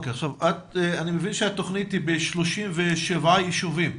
אני מבין שהתכנית היא ב-37 ישובים,